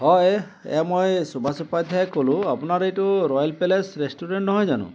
অ' এয়া মই চুভাছ উপাধ্যায়ে ক'লোঁ আপোনাৰ এইটো ৰয়েল পেলেছ ৰেষ্টুৰেণ্ট নহয় জানোঁ